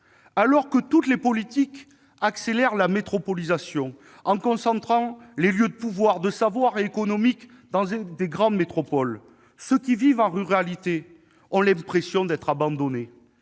Alors que toutes les politiques accélèrent la métropolisation, en concentrant les lieux de pouvoir, de savoir et d'activités économiques, ceux qui vivent en ruralité ont l'impression d'être abandonnés.